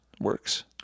works